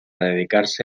dedicarse